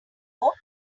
vote